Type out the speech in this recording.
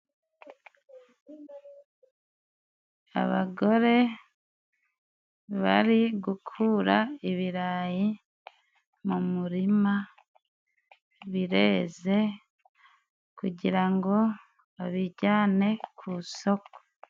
Abagore bari gukura ibirayi mu murima, bireze kugira ngo babijyane ku isoko.